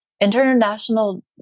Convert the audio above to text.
international